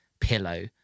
pillow